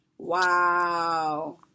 Wow